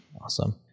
Awesome